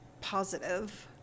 positive